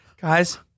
Guys